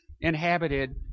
inhabited